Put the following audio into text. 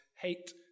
hate